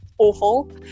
awful